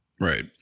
Right